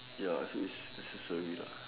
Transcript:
ya so it's necessary lah